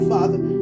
Father